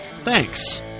Thanks